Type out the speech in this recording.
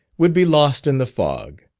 would be lost in the fog.